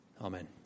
Amen